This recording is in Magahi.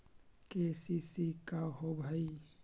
के.सी.सी का होव हइ?